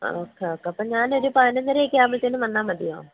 ആ okay okay അപ്പോൾ ഞാന് ഒരു പതിനൊന്നര ഒക്കെ ആകുമ്പോളത്തേക്കും വന്നാൽ മതിയോ